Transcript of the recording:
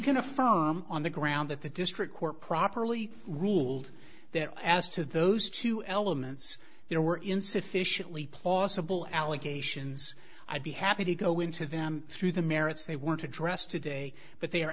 can affirm on the ground that the district court properly ruled that as to those two elements there were insufficiently plausible allegations i'd be happy to go into them through the merits they weren't addressed today but they are